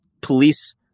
police